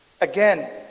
Again